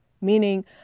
Meaning